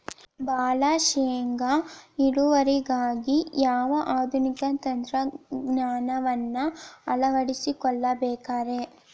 ಭಾಳ ಶೇಂಗಾ ಇಳುವರಿಗಾಗಿ ಯಾವ ಆಧುನಿಕ ತಂತ್ರಜ್ಞಾನವನ್ನ ಅಳವಡಿಸಿಕೊಳ್ಳಬೇಕರೇ?